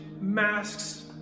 Masks